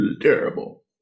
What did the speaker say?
terrible